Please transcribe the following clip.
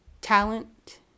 talent